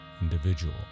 individual